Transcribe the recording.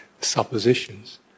suppositions